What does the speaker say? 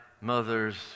mother's